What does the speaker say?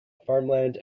farmland